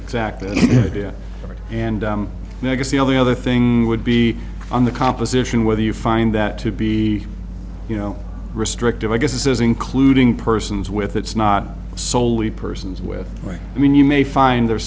exactly right and then i guess the only other thing would be on the composition whether you find that to be you know restrictive i guess is including persons with it's not soley persons with i mean you may find there's